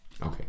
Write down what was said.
Okay